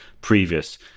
previous